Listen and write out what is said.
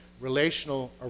relational